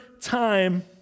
time